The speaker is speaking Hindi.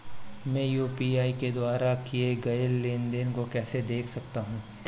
मैं यू.पी.आई के द्वारा किए गए लेनदेन को कैसे देख सकता हूं?